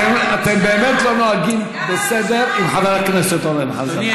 אתם באמת לא נוהגים בסדר עם חבר הכנסת אורן חזן.